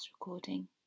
recording